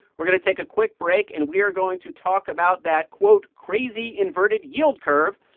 we're going to take a quick break, and we are going to talk about that, quote, crazy inverted yield curve.